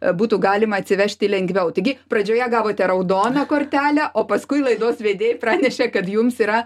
a būtų galima atsivežti lengviau taigi pradžioje gavote raudoną kortelę o paskui laidos vedėjai pranešė kad jums yra